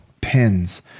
pins